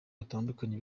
gutandukanye